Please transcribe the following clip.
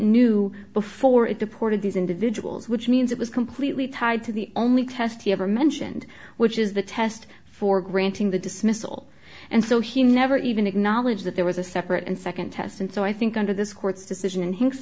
knew before it deported these individuals which means it was completely tied to the only test he ever mentioned which is the test for granting the dismissal and so he never even acknowledge that there was a separate and second test and so i think under this court's decision hinks